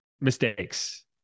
mistakes